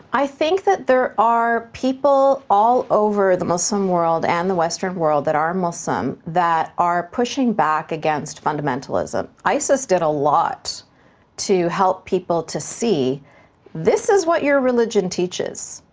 i think that there are people all over the muslim world and the western world that are muslim that are pushing back against fundamentalism. isis did a lot to help people to see this is what your religion teaches.